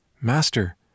Master